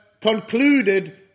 concluded